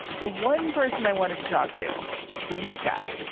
the one person i wanted to talk to was this guy,